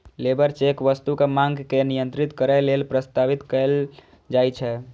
labour check वस्तुक मांग के नियंत्रित करै लेल प्रस्तावित कैल जाइ छै